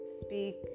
speak